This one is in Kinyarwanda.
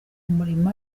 umurimo